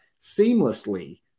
seamlessly